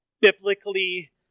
biblically